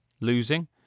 losing